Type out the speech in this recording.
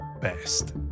best